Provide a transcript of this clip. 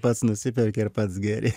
pats nusiperki ir pats geri